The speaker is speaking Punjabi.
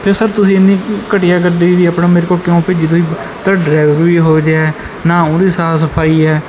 ਤਾਂ ਸਰ ਤੁਸੀਂ ਇੰਨੀ ਘਟੀਆ ਗੱਡੀ ਵੀ ਆਪਣਾ ਮੇਰੇ ਕੋਲ ਕਿਉਂ ਭੇਜੀ ਤੁਸੀਂ ਤੁਹਾਡਾ ਡਰਾਈਵਰ ਵੀ ਇਹੋ ਜਿਹਾ ਨਾ ਉਹਦੀ ਸਾਫ ਸਫਾਈ ਹੈ